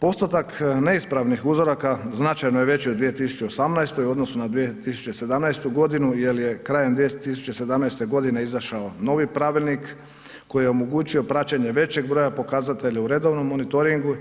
Postotak neispravnih uzoraka značajno je veći u 2018. u odnosu na 2017. g. jer je krajem 2017. g. izašao novi pravilnik koji je omogućio praćenje većeg broja pokazatelja u redovnom monitoringu,